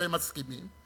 והם מסכימים,